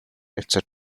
etc